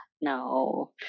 no